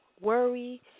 Worry